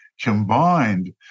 combined